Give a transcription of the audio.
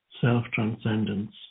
self-transcendence